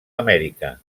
amèrica